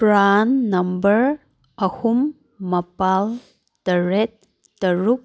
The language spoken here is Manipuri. ꯄ꯭ꯔꯥꯟ ꯅꯝꯕꯔ ꯑꯍꯨꯝ ꯃꯥꯄꯟ ꯇꯔꯦꯠ ꯇꯔꯨꯛ